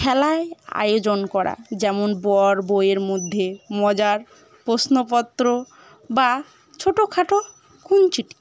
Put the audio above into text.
খেলায় আয়োজন করা যেমন বড় বৌয়ের মধ্যে মজার প্রশ্নপত্র বা ছোটোখাটো খুনসুটি